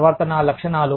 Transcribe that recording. ప్రవర్తనా లక్షణాలు